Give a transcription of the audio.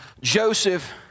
Joseph